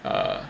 uh